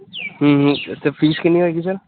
ਅਤੇ ਫੀਸ ਕਿੰਨੀ ਹੋਏਗੀ ਸਰ